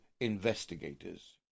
investigators